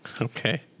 Okay